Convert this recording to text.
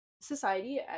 society